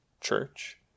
church